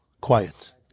Quiet